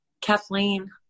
Kathleen